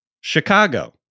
Chicago